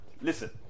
Listen